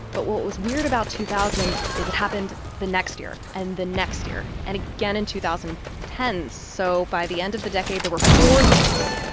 but what was weird about two thousand is it happened the next year, and the next year and again in two thousand and ten. so by the end of the decade, there were four so dzuds.